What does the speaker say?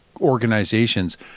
organizations